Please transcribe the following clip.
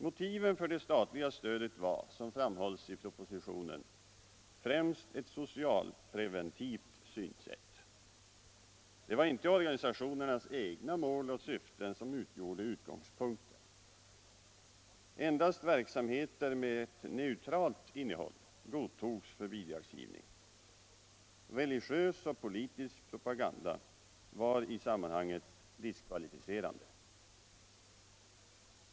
Motiven för det statliga stödet var som framhållits i propositionen främst socialpreventiva. Det var inte organisationernas egna mål och syften som utgjorde utgångspunkten. Endast verksamheter med neutralt innehåll godtogs för bidragsgivning. Religiös och politisk propaganda var i sammanhanget diskvalificerande.